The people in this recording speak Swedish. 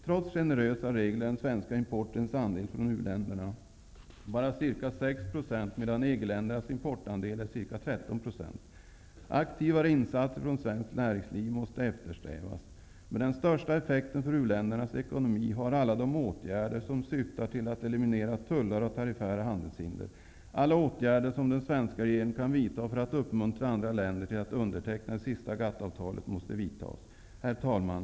Trots generösa regler utgör den andel av den svenska importen som kommer från u-länderna bara ca 6 %, medan EG-ländernas importandel är ca 13 %. Aktivare insatser från svenskt näringsliv måste eftersträvas. Men den största effekten för uländernas ekonomi har alla de åtgärder som syftar till att eliminera tullar och tariffära handelshinder. Alla åtgärder som den svenska regeringen kan vidta för att uppmuntra andra länder till att underteckna det sista GATT-avtalet måste vidtas. Herr talman!